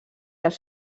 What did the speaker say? els